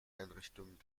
einrichtung